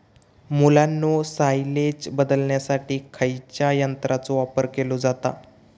मुलांनो सायलेज बदलण्यासाठी खयच्या यंत्राचो वापर केलो जाता?